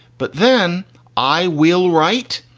but then i will write.